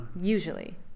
Usually